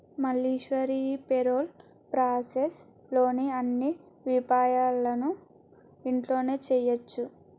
మల్లీశ్వరి ఈ payroll process లోని అన్ని విపాయాలను ఇంట్లోనే చేయొచ్చు